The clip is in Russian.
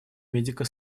медико